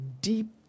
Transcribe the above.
deep